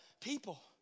people